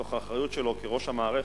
מתוך האחריות שלו כראש המערכת,